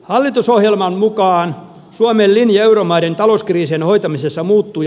hallitusohjelman mukaan suomen linja euromaiden talouskriisin hoitamisessa muuttui